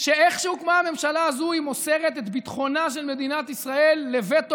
שאיך שהוקמה הממשלה הזאת היא מוסרת את ביטחונה של מדינת ישראל לווטו